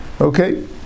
Okay